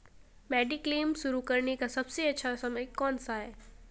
Mediclaim शुरू करने का सबसे अच्छा समय कौनसा है?